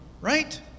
right